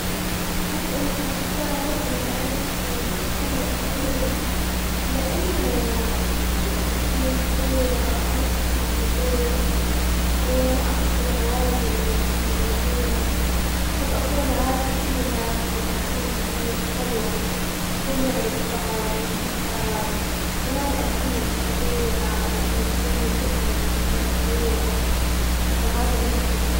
احس اني حختار انه اعيش في قرية صغيرة لانه كذا، حتكون صغيرة انا احب الهدوء وما احب العوادم اللي تكون بالمدينة، واحب اكون عارفة كل الناس اللي ساكنين بدي القرية. نكون نعرف بعض ونحب بعض. كمان اتأمل الطبيعة لانه تكون منتشرة بالقرى الصغيرة، فهذي مرة حلوة.